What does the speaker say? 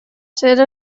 ser